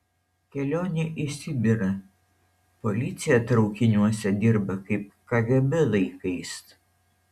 kelionė į sibirą policija traukiniuose dirba kaip kgb laikais